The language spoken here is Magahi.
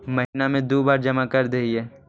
महिना मे दु बार जमा करदेहिय?